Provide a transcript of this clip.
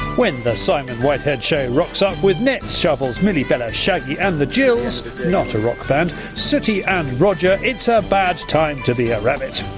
when the simon whitehead show rocks up with nets, shovels, milly, bella, shaggy and the gills, not a rock band, sooty, and roger it's a bad time to be a rabbit.